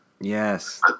Yes